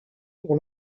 pour